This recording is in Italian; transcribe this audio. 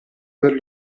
per